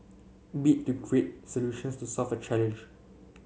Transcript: bit to create solutions to solve a challenge